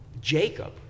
Jacob